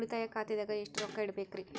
ಉಳಿತಾಯ ಖಾತೆದಾಗ ಎಷ್ಟ ರೊಕ್ಕ ಇಡಬೇಕ್ರಿ?